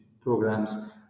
programs